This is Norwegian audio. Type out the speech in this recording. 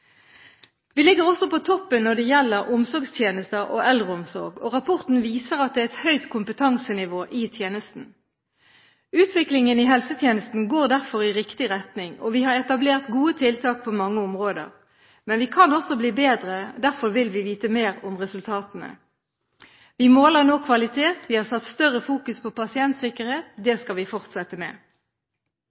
Vi ligger også på toppen når det gjelder omsorgstjenester og eldreomsorg, og rapporten viser at det er et høyt kompetansenivå i tjenesten. Utviklingen i helsetjenesten går derfor i riktig retning, og vi har etablert gode tiltak på mange områder. Men vi kan også bli bedre, derfor vil vi vite mer om resultatene. Vi måler nå kvalitet. Vi har satt større fokus på pasientsikkerhet. Det skal vi fortsette med.